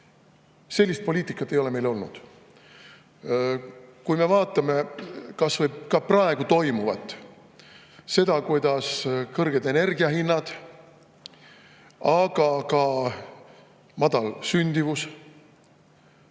Sellist poliitikat ei ole meil olnud. Kui me vaatame kas või praegu toimuvat, seda, kuidas kõrged energiahinnad, aga ka madal sündimus,